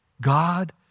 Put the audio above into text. God